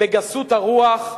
בגסות הרוח,